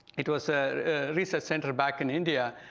it was a research center back in india,